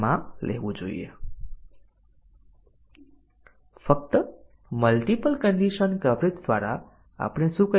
અમે ફક્ત basic condition ના કવરેજ પર જોયું